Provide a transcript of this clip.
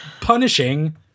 Punishing